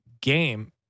game